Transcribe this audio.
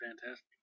fantastic